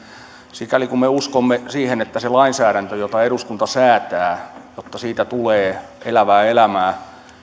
sikäli kuin me uskomme siihen että siitä lainsäädännöstä jota eduskunta säätää tulee elävää elämää